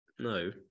No